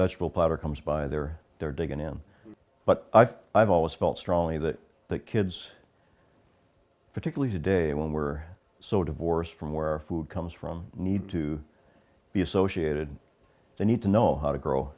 vegetable powder comes by they're they're digging in but i've always felt strongly that the kids particularly today when we're so divorced from where food comes from need to be associated the need to know how to grow